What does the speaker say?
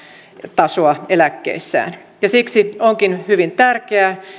tasoa eläkkeessään siksi onkin hyvin tärkeää